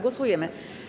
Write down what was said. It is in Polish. Głosujemy.